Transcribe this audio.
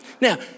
Now